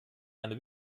eine